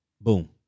Boom